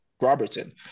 Robertson